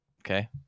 Okay